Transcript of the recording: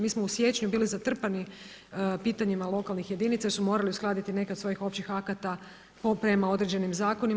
Mi smo u siječnju bili zatrpani pitanjima lokalnih jedinica jer su morali uskladiti neka od svojih općih akata prema određenim zakonima.